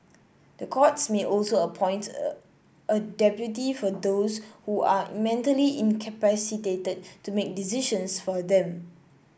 the courts may also appoint a a deputy for those who are mentally incapacitated to make decisions for them